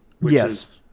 yes